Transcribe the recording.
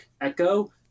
echo